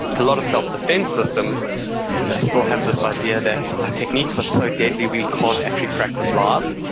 a lot of self-defense systems yeah still have this idea that our techniques are so deadly, we can't actually practice live,